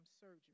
surgery